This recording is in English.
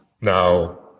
now